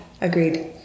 Agreed